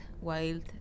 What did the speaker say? wild